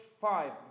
five